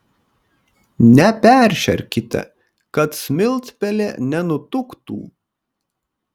neperšerkite kad smiltpelė nenutuktų